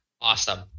Awesome